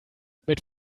mit